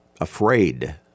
afraid